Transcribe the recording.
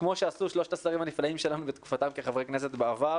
כמו שעשו שלושת השרים הנפלאים שלנו בתקופתם כחברי כנסת בעבר,